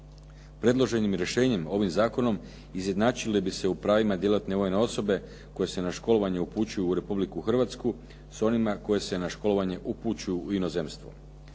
Predloženim rješenjem ovim zakonom izjednačile bi se u pravima vojne osobe koje se na školovanje upućuju u Republiku Hrvatsku s onima koji se na školovanje upućuju u inozemstvo.